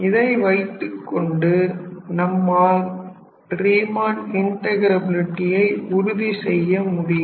இதை வைத்துக் கொண்டு நம்மால் ரீமன் இன்ட்டகிரபிலிடியை உறுதி செய்ய முடியும்